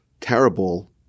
terrible